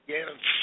Yes